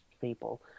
people